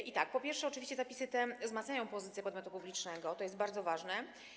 I tak, po pierwsze, oczywiście zapisy te wzmacniają pozycję podmiotu publicznego, to jest bardzo ważne.